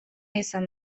izan